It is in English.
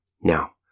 Now